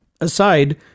aside